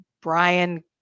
Brian